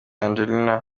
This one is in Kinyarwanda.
angelina